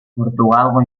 portugalgo